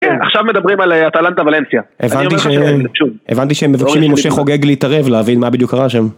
עכשיו מדברים על אטלנטה ולנסיה הבנתי שהם מבקשים עם משה חוגג להתערב להבין מה בדיוק קרה שם